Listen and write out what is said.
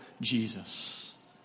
Jesus